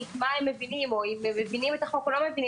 מה הם מבינים או אם הם מבינים את החוק או לא,